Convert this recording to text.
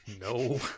no